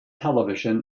television